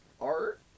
art